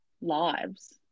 lives